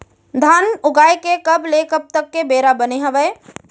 धान उगाए के कब ले कब तक के बेरा बने हावय?